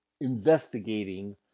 investigating